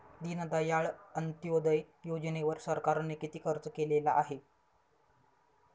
दीनदयाळ अंत्योदय योजनेवर सरकारने किती खर्च केलेला आहे?